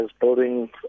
building